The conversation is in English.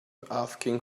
asking